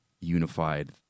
unified